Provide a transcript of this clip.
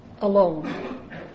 alone